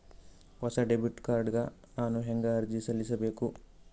ಹೊಸ debit card ಗ ನಾನು ಹೆಂಗ ಅರ್ಜಿ ಸಲ್ಲಿಸಬೇಕು?